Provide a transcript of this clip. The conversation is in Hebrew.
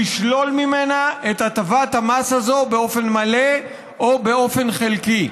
לשלול ממנה את הטבת המס הזו באופן מלא או באופן חלקי.